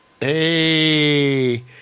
Hey